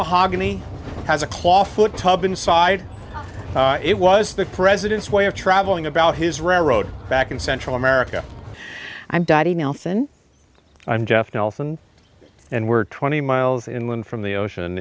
mahogany has a claw foot tub inside it was the president's way of traveling about his railroad back in central america i'm dotty nelson i'm jeff nelson and we're twenty miles inland from the ocean